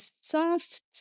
soft